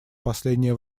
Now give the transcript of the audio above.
последнее